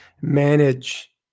manage